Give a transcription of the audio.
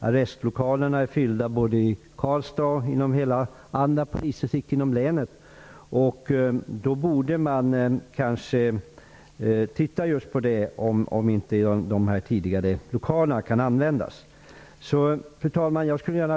Arrestlokalerna är fyllda såväl i Karlstad som i andra polisdistrikt i länet. Man borde kunna undersöka om inte de lokaler som tidigare har använts kan användas nu. Fru talman!